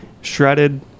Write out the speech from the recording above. shredded